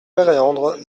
péréandre